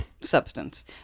substance